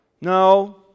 No